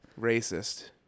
racist